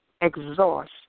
exhaust